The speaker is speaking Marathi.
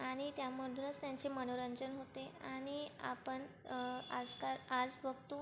आणि त्यामधूनच त्यांचे मनोरंजन होते आणि आपण आजकाल आज बघतो